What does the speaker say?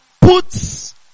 puts